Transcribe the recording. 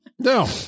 No